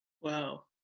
Wow